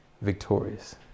victorious